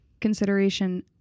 consideration